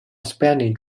spanning